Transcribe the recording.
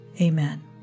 Amen